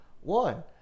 one